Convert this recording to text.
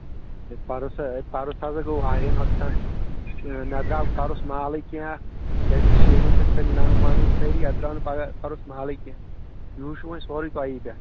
ہے پَرُس پَرُس ہَسا گوٚو واریاہ نۄقصان مےٚ حظ درٛاو پَرُس مالٕے کیٚنٛہہ اَتھ کیٛازِکہِ شیٖنہٕ سۭتۍ پھٕٹۍ لنٛگ ونٛگ یِم سٲری اَتھ درٛاو نہٕ پَگاہ پَرُس مالٕے کیٚنہہ یِہُس چھُ وۄنۍ سورُے تۄہی پٮ۪ٹھ